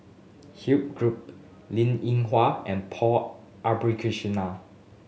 Linn In Hua and Paul Abisheganaden